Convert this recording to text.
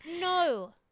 No